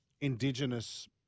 Indigenous